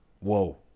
whoa